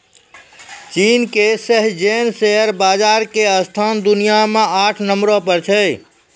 चीन के Shenzhen share बाजार के स्थान दुनिया मे आठ नम्बरो पर छै